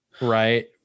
right